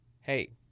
hey